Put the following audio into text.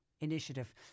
Initiative